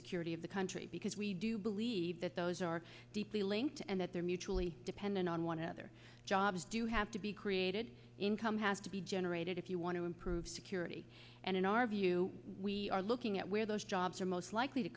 security of the country because we do believe that those are deeply linked and that they're mutually dependent on one other jobs do have to be created income has to be generated if you want to improve security and in our view we are looking at where those jobs are most likely to